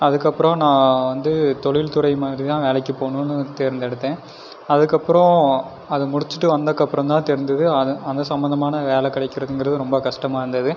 அதற்கப்றோம் நான் வந்து தொழில்துறை மாதிரி தான் வேலைக்கு போகணுன்னு தேர்ந்தெடுத்தேன் அதற்கப்றோம் அது முடிச்சிவிட்டு வந்தக்கப்பறம் தான் தெரிஞ்சிது அதை அது சம்மந்தமான வேலை கிடக்கிறதுங்கிறது ரொம்ப கஷ்டமாக இருந்தது